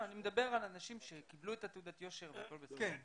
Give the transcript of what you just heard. אני מדבר על אנשים שקיבלו את תעודת היושר והכל בסדר אתם.